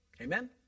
Amen